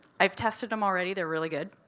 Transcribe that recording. i've tested em already. they're really good.